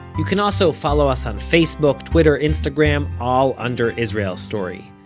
you can also follow us on facebook, twitter, instagram, all under israel story.